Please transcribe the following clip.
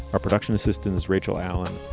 our production assistants, rachel allen,